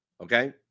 okay